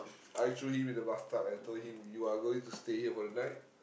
I threw him in the bathtub and told him you are going to stay here for the night